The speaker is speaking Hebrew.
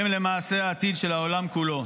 הם למעשה העתיד של העולם כולו.